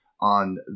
on